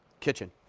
kitchen.